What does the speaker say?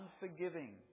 unforgiving